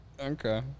Okay